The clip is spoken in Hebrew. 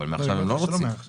הם לא רוצים מעכשיו,